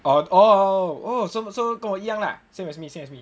oh oh so so 跟我一样 lah same as me same as me